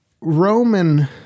Roman